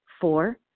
Four